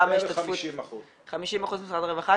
כמה השתתפות -- בערך 50%. 50% משרד הרווחה.